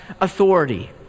authority